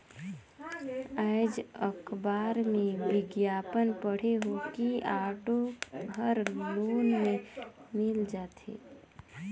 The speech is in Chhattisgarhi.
आएज अखबार में बिग्यापन पढ़े हों कि ऑटो हर लोन में मिल जाथे